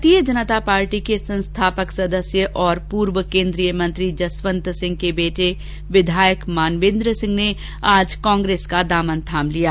भारतीय जनता पार्टी के संस्थापक सदस्य और पूर्व केन्द्रीय मंत्री जसवंत सिंह के बेटे विधायक मानवेन्द्र सिंह ने आज कांग्रेस का दामन थाम लिया